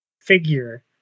figure